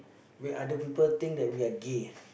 wait other people think that we are gay